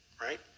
right